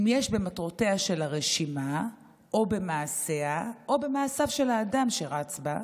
אם יש במטרותיה של הרשימה או במעשיה או במעשיו של האדם שרץ בה,